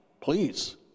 please